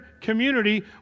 community